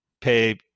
pay